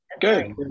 Good